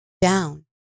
down